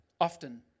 Often